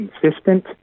consistent